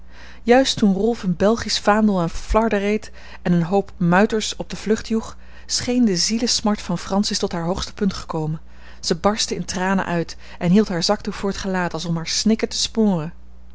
juist toen rolf een belgisch vaandel aan flarden reet en een hoop muiters op de vlucht joeg scheen de zielesmart van francis tot haar hoogste punt gekomen zij barstte in tranen uit en hield haar zakdoek voor t gelaat als om haar snikken te smoren